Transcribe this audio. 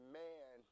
man